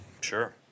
Sure